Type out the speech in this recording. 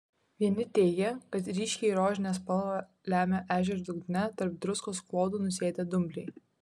vieni teigė kad ryškiai rožinę spalvą lemia ežero dugne tarp druskos klodų nusėdę dumbliai